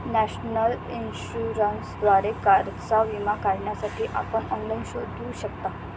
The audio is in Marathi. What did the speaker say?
नॅशनल इन्शुरन्सद्वारे कारचा विमा काढण्यासाठी आपण ऑनलाइन शोधू शकता